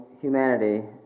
humanity